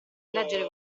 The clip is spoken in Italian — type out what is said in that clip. leggere